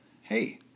Hey